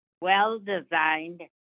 well-designed